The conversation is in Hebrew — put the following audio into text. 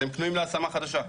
אז הם פנויים לעבודה חדשה.